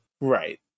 Right